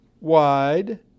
wide